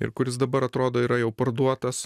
ir kuris dabar atrodo yra jau parduotas